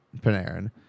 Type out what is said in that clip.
Panarin